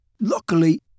Luckily